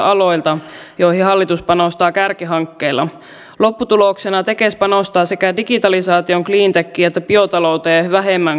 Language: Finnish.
kun se maksukatto niissä matkakorvauksissa täyttyy niin eihän se kokonaiskustannus sille ihmiselle nouse mihinkään